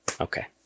Okay